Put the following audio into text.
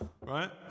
right